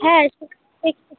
হ্যাঁ একটু ওই একটু